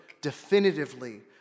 definitively